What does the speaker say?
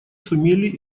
сумели